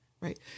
right